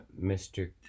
Mr